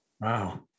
Wow